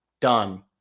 done